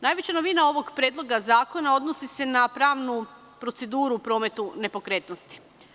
Najveća novina ovog predloga zakona odnosi se na pravnu proceduru u prometu nepokretnosti.